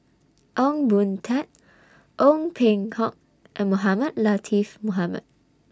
Ong Boon Tat Ong Peng Hock and Mohamed Latiff Mohamed